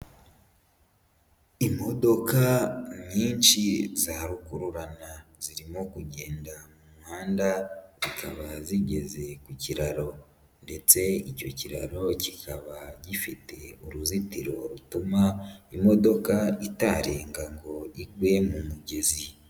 Imodoka nyinshi za rukururana zirimo kugenda mu muhanda zikaba zigeze ku kiraro ndetse icyo kiraro kikaba gifite uruzitiro rutuma imodoka itarenga ngo igwe mu migezi.